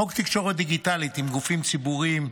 חוק תקשורת דיגיטלית עם גופים ציבוריים,